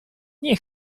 nie